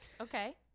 Okay